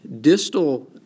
distal